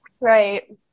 right